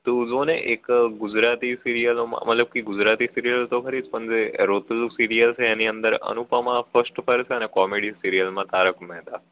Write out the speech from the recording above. તું જો ને એક ગુજરાતી સિરિયલોમાં મતલબ કે ગુજરાતી સિરિયલ તો ખરી જ પણ જે રોતલું સિરિયલ છે એની અંદર અનુપમા ફર્સ્ટ પર અને કોમેડી સિરિયલમાં તારક મહેતા